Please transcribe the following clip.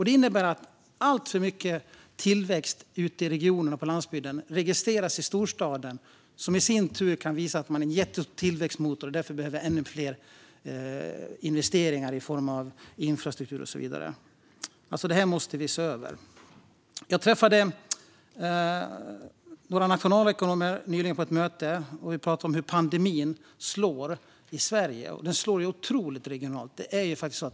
Det innebär att alltför mycket tillväxt ute i regionerna och på landsbygden registreras i storstaden, som i sin tur kan visa att man är en jättestor tillväxtmotor och därför behöver ännu fler investeringar i form av infrastruktur och så vidare. Detta måste vi alltså se över. Jag träffade nyligen några nationalekonomer på ett möte, och vi pratade om hur pandemin slår i Sverige. Den slår otroligt regionalt.